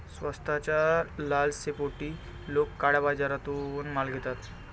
स्वस्ताच्या लालसेपोटी लोक काळ्या बाजारातून माल घेतात